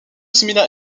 similaire